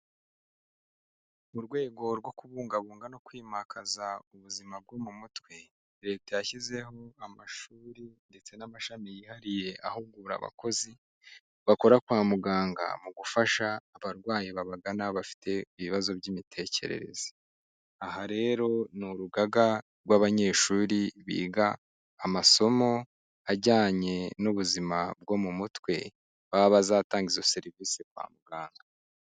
Mu rwego rwo kubungabunga no kwimakaza ubuzima bwo mu mutwe leta yashyizeho amashuri ndetse n'amashami yihariye ahugura abakozi bakora kwa muganga mu gufasha abarwayi babagana bafite ibibazo by'imitekerereze, aha rero ni urugaga rw'abanyeshuri biga amasomo ajyanye n'ubuzima bwo mu mutwe baba bazatanga izo serivisi kwa muganga.